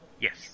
Yes